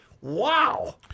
wow